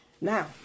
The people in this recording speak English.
Now